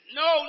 no